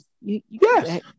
yes